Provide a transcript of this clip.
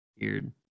weird